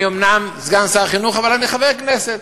אני אומנם סגן שר החינוך, אבל אני חבר כנסת.